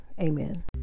Amen